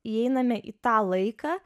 įeiname į tą laiką